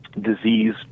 disease